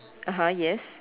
(uh huh) yes